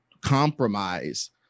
compromise